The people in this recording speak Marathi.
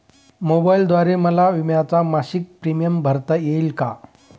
मोबाईलद्वारे मला विम्याचा मासिक प्रीमियम भरता येईल का?